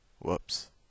Whoops